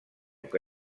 que